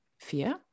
fear